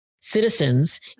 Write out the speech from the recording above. citizens